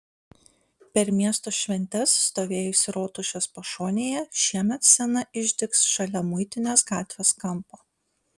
per miesto šventes stovėjusi rotušės pašonėje šiemet scena išdygs šalia muitinės gatvės kampo